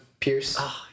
Pierce